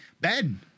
Ben